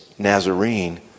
Nazarene